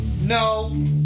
No